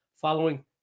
following